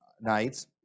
nights